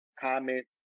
comments